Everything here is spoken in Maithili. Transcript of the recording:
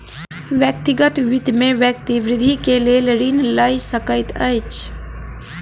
व्यक्तिगत वित्त में व्यक्ति वृद्धि के लेल ऋण लय सकैत अछि